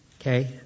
Okay